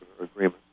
agreement